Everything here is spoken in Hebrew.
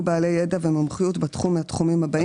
בעלי ידע ומומחיות בתחום מהתחומים הבאים: